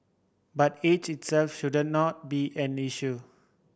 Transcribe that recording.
but age itself shouldn't now be an issue